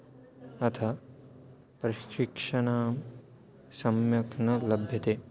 अथ प्रशिक्षणं सम्यक् न लभ्यते